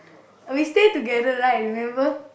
oh we stay together right remember